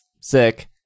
sick